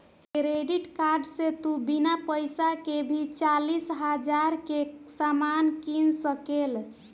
credit card से तू बिना पइसा के भी चालीस हज़ार के सामान किन सकेल